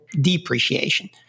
depreciation